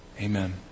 Amen